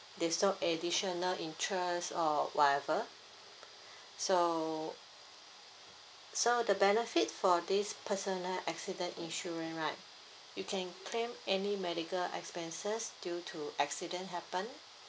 there's no additional interest or whatever so so the benefit for this personal accident insurance right you can claim any medical expenses due to accident happened